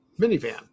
minivan